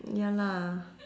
ya lah